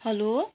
hello